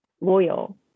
loyal